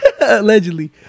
Allegedly